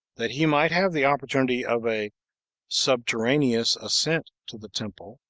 that he might have the opportunity of a subterraneous ascent to the temple,